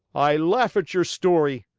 i laugh at your story!